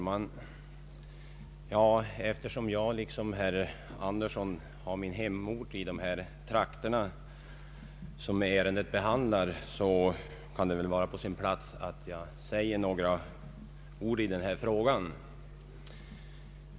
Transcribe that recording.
Herr talman! Då jag liksom herr Axel Andersson har min hemort i den trakt som ärendet gäller kan det vara på sin plats att jag säger några ord i denna fråga.